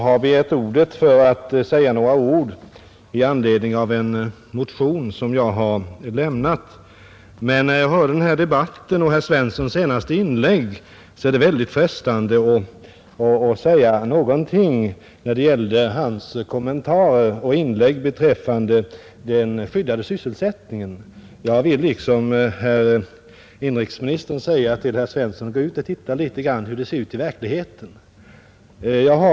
Herr talman! Jag har egentligen begärt ordet i anledning av en motion som jag har avlämnat. Men när jag lyssnat till den här debatten och herr Svenssons i Malmö senaste inlägg, är det väldigt frestande att säga någonting om hans kommentarer beträffande den skyddade sysselsättningen. Jag vill liksom herr inrikesministern uppmana herr Svensson: Gå och titta litet hur det ser ut i verkligheten!